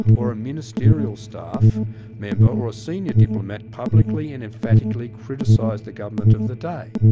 or a ministerial staff member or a senior diplomat publicly and emphatically criticised the government of the day.